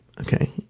Okay